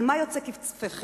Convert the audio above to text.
על מה יוצא קצפכם?